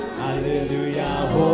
hallelujah